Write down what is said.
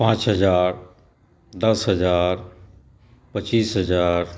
पाँच हजार दस हजार पच्चीस हजार